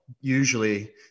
usually